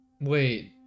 Wait